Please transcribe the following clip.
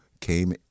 came